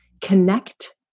connect